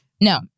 No